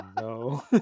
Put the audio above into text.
No